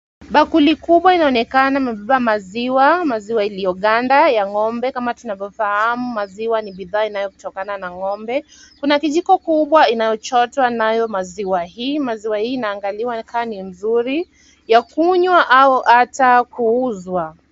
Bakuli kubwa inaonekana imebeba maziwa. Maziwa iliyoganda ya ng'ombe. Kama tunavyofahamu maziwa ni bidhaa inayokutokana na ng'ombe. Kuna vijiko kubwa inayochotwa nayo maziwa hii. Maziwa hii inaangaliwa ka ni nzuri ya kunywa au ata kuuzwa.